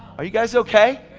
are you guys okay?